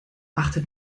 achtet